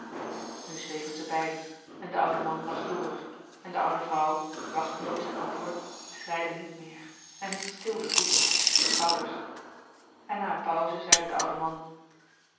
nu zwegen zij beiden en de oude man las door en de oude vrouw wachtende op zijn antwoord schreide niet meer en hield stil de voeten de schouders en na eene pauze zeide de oude man